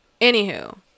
anywho